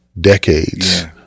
decades